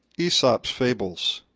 aesop's fables